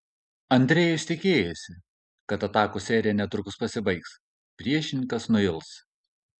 andrejus tikėjosi kad atakų serija netrukus pasibaigs priešininkas nuils